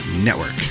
network